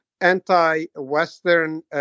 anti-Western